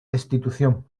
destitución